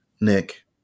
Nick